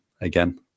again